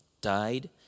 died